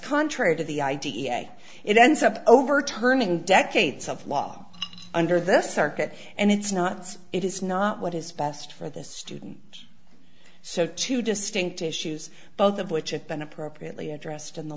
contrary to the i d e a it ends up overturning decades of law under this circuit and it's not it is not what is best for the student so two distinct issues both of which have been appropriately addressed in the